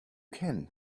can